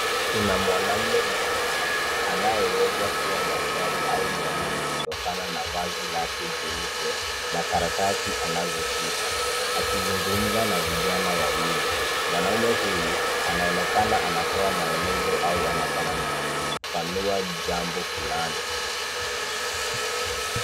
Kuna mwanamume mzima anayeweza kuwa daktari au mwalimu kutokana na vazi lake jeupe na karatasi anazoshika akizungumza na vijana wawili. Mwanaume huyu anaonekana anatoa maelezo au anafafanua jambo fulani.